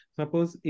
suppose